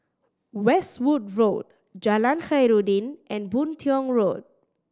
Westwood Road Jalan Khairuddin and Boon Tiong Road